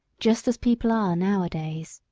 just as people are now-a-days.